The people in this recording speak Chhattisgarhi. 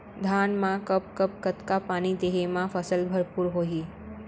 धान मा कब कब कतका पानी देहे मा फसल भरपूर होही?